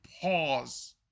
pause